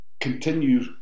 continue